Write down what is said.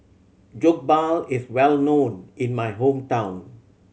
jokbal is well known in my hometown